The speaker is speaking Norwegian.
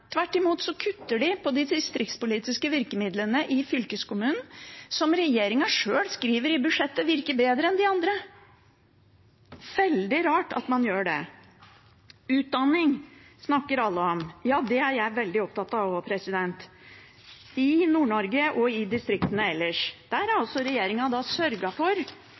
tvert imot kutter den i de distriktspolitiske virkemidlene i fylkeskommunen, som regjeringen sjøl i budsjettet skriver virker bedre enn de andre. Det er veldig rart at man gjør det. Utdanning snakker alle om, og det er jeg også veldig opptatt av, i Nord-Norge og i distriktene ellers. Der har regjeringen sørget for